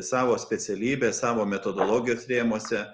savo specialybės savo metodologijos rėmuose